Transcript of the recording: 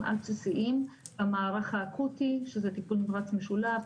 על בסיסיים במערך האקוטי שזה טיפול נמרץ משולב,